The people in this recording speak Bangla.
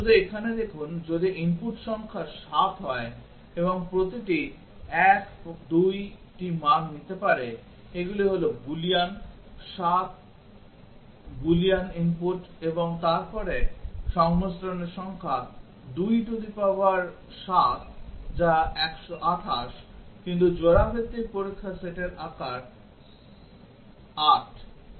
শুধু এখানে দেখুন যদি input সংখ্যা 7 হয় এবং প্রতিটি 1 2 টি মান নিতে পারে এগুলি হল বুলিয়ান 7 বুলিয়ান input তারপর সংমিশ্রণের সংখ্যা 2 টু দি পাওয়ার 7 যা 128 কিন্তু জোড়া ভিত্তিক পরীক্ষা সেটের আকার 8